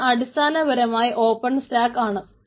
അത് അടിസ്ഥാനപരമായി ഓപ്പൺസ്റ്റാക്ക് ആണ്